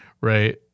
right